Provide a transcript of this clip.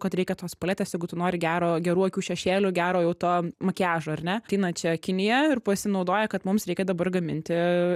kad reikia tos paletės jeigu tu nori gero gerų akių šešėlių gero jau to makiažo ar ne ateina čia kinija ir pasinaudoja kad mums reikia dabar gaminti